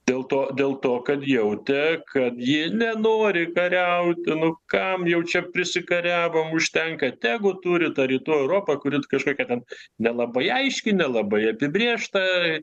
dėl to dėl to kad jautė kad ji nenori kariauti nu kam jau čia prisikariavom užtenka tegu turi tą rytų europą kuri kažkokia ten nelabai aiškiai nelabai apibrėžta